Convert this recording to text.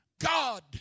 God